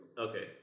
Okay